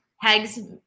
Hegg's